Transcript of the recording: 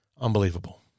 unbelievable